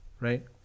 right